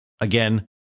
again